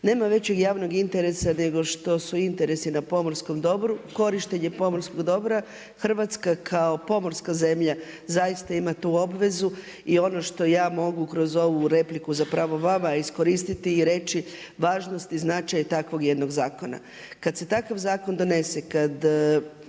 Nema većeg javnog interesa, nego što su interesi na pomorskom dobru, korištenje pomorskog dobra, Hrvatska kao pomorska zemlja, zaista ima tu obvezu i ono što ja mogu kroz ovu repliku zapravo vama iskoristiti i reći važnost i značaj takvog jednog zakona. Kada se takav zakon donese, kada